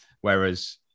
Whereas